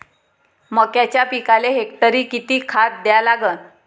मक्याच्या पिकाले हेक्टरी किती खात द्या लागन?